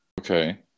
Okay